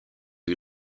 who